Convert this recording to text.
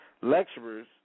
lecturers